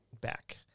back